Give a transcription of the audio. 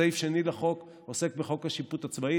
סעיף שני לחוק עוסק בחוק השיפוט הצבאי,